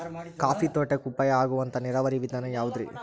Coffee ತೋಟಕ್ಕ ಉಪಾಯ ಆಗುವಂತ ನೇರಾವರಿ ವಿಧಾನ ಯಾವುದ್ರೇ?